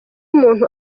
umuntu